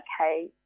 okay